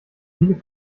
viele